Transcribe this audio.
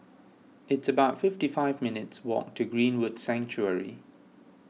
it's about fifty five minutes' walk to Greenwood Sanctuary